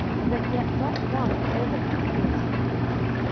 and that yet not one ever fulfils her intention.